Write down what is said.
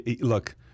Look